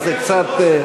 זה קצת,